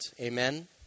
Amen